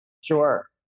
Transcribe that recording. Sure